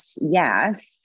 yes